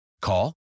Call